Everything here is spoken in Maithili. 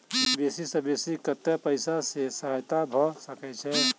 बेसी सऽ बेसी कतै पैसा केँ सहायता भऽ सकय छै?